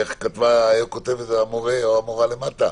איך כותבת המורה למטה?